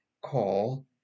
call